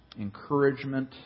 encouragement